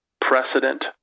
precedent